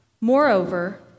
Moreover